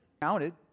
Counted